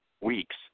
weeks